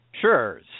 Sure